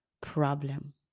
problem